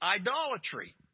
idolatry